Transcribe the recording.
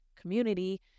community